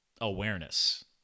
awareness